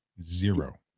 Zero